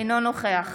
אינו נוכח